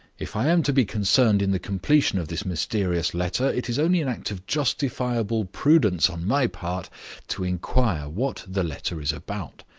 if i am to be concerned in the completion of this mysterious letter, it is only an act of justifiable prudence on my part to inquire what the letter is about.